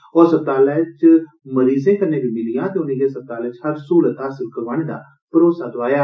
ओह् अस्पतालै ते मरीजे कन्नै बी मिलियां ते उनेंगी अस्पतालै च हर सहूलत हासिल करोआने दा भरोसा दोआया